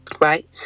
Right